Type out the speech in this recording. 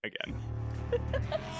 again